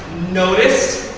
notice,